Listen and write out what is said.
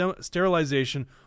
sterilization